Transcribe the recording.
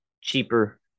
cheaper